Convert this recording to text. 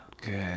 Good